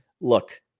look